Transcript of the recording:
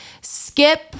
skip